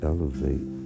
Elevate